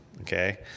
Okay